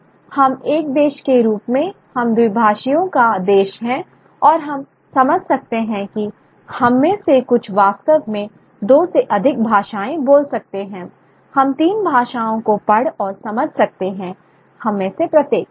हम एक देश के रूप में हम द्विभाषियों का देश हैं और हम समझ सकते हैं कि हम में से कुछ वास्तव में दो से अधिक भाषाएँ बोल सकते हैं हम तीन भाषाओं को पढ़ और समझ सकते हैं हम में से प्रत्येक